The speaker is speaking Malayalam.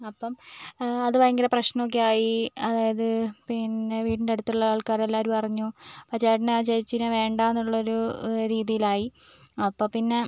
അപ്പം അത് ഭയങ്കര പ്രശ്നമൊക്കെ ആയീ അതായത് പിന്നെ വീടിൻ്റെ അടുത്തുള്ള ആൾകാരെല്ലാവരും അറിഞ്ഞു അപ്പം ആ ചേട്ടൻ ആ ചേച്ചീനെ വേണ്ടയെന്നുള്ളൊരു രീതിയിലായി അപ്പം പിന്നേ